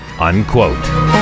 Unquote